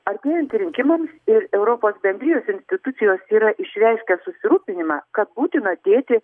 artėjant rinkimams ir europos bendrijos institucijos yra išreiškę susirūpinimą kad būtina dėti